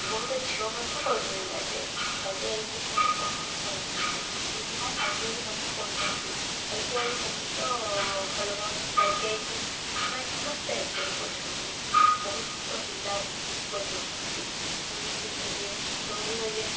ବହୁତ ଝିଅ ମଧ୍ୟ କଲେଣି ଆଇ ଟି ଆଇ ଆଇଟିଆଇକୁ ବହୁତ ପସନ୍ଦ କରୁଛନ୍ତି ସେଥିପାଇଁ ଆଇ ଟି ଆଇ ମଧ୍ୟ କରୁଛନ୍ତି ଆଇ ଟି ଆଇ ବହୁତ ଭଲ ପାଉଛନ୍ତି ଆଇଟିଆଇକୁ ସେଥିପାଇଁ ସମସ୍ତେ ଆଇ ଟି ଆଇ କରୁଛନ୍ତି ବହୁତ ପିଲା କରିଦେଉଛନ୍ତି ଏମିତି ଏବେ ସରିଗଲେ